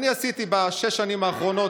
אני עשיתי בשש השנים האחרונות